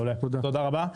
תודה רבה.